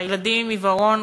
ילדים עם עיוורון,